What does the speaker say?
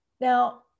Now